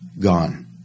gone